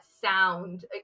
sound